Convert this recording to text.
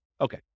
Okay